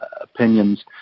opinions